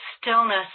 stillness